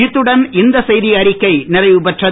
இத்துடன் இந்த செய்தியறிக்கை நிறைவுபெறுகிறது